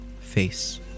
face